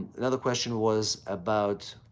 another question was about